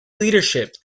leadership